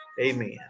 Amen